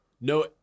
no